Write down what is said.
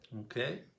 okay